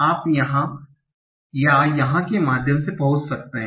आप यहाँ या यहाँ के माध्यम से पहुँच सकते हैं